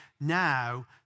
now